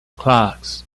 clocks